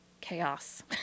chaos